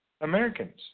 americans